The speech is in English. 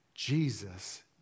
Jesus